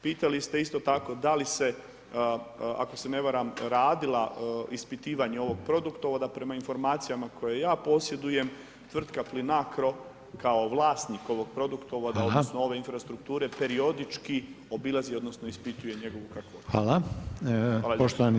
Pitali ste isto tako da li se ako se ne varam, radila ispitivanja ovog produktovoda, prema informacijama koje ja posjedujem, tvrtka Plinacro kao vlasnik ovog produktovoda odnosno ove infrastrukture periodički obilazi odnosno ispituje njegovu kakvoću.